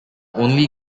only